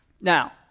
Now